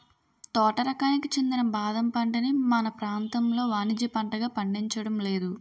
తోట రకానికి చెందిన బాదం పంటని మన ప్రాంతంలో వానిజ్య పంటగా పండించడం లేదు